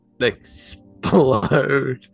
explode